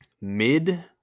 mid